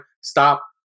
stop